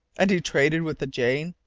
and he traded with the jane?